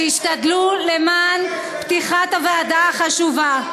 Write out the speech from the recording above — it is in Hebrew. שהשתדלו למען פתיחת הוועדה החשובה.